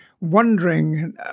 wondering